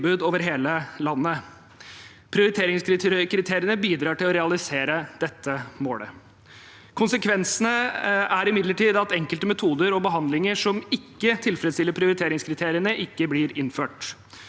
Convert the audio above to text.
over hele landet. Prioriteringskriteriene bidrar til å realisere dette målet. Konsekvensene er imidlertid at enkelte metoder og behandlinger som ikke tilfredsstiller prioriteringskriteriene, ikke blir innført.